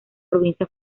provincia